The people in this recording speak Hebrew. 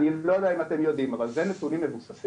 אני לא יודע אם אתם יודעים אבל אלה נתונים מבוססים,